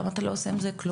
למה אתה לא עושה עם זה כלום?